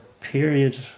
period